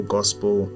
Gospel